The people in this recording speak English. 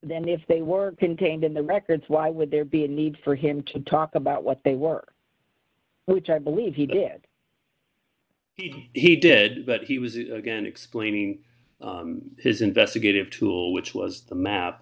then if they were contained in the records why would there be a need for him to talk about what they work which i believe he did he did that he was again explaining his investigative tool which was the map